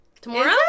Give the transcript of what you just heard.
Tomorrow